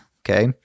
okay